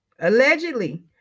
allegedly